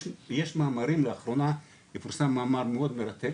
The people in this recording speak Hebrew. יש מאמרים לאחרונה פורסם מאמר מאוד מרתק